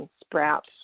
sprout